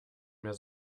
mehr